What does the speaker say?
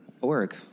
Org